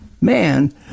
man